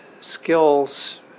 skills